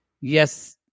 yes